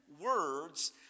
words